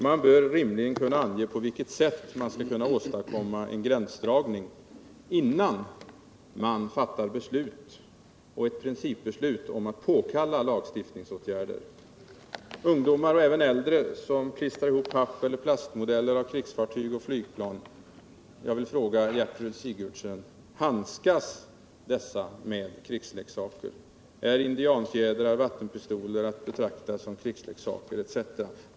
Man bör rimligen ange på vilket sätt en gränsdragning skall kunna åstadkommas innan man fattar ett principbeslut om att påkalla lagstiftningsåtgärder. Jag vill fråga Gertrud Sigurdsen om de ungdomar och även äldre, som klistrar ihop pappelle plastmodeller av krigsfartyg och. flygplan, handskas med krigsleksaker. Är indianfjädrar och vattenpistoler att betrakta som krigsleksaker?